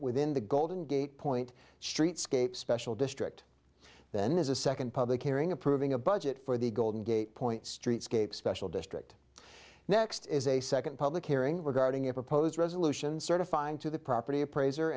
within the golden gate point streetscape special district than is a second public hearing approving a budget for the golden gate point streetscape special district next is a second public hearing regarding a proposed resolution certifying to the property appraiser